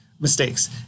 mistakes